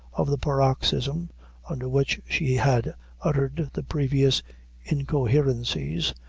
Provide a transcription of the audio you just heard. of the paroxysm under which she had uttered the previous incoherencies,